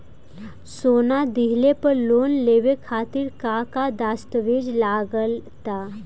सोना दिहले पर लोन लेवे खातिर का का दस्तावेज लागा ता?